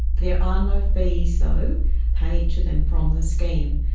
there are no fees though payed to them from the scheme,